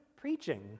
preaching